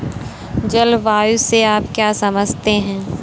जलवायु से आप क्या समझते हैं?